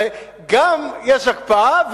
הרי גם יש הקפאה,